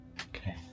okay